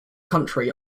country